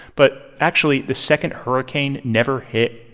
but actually, the second hurricane never hit.